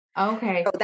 Okay